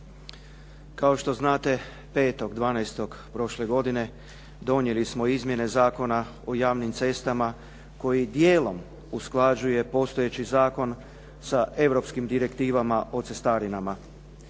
Kao što znate, 5.12. prošle godine donijeli smo izmjene Zakona o javnim cestama koji dijelom usklađuje postojeći zakon sa europskim direktivama o cestarinama.